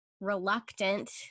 reluctant